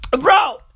Bro